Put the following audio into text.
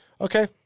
Okay